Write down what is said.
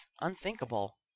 unthinkable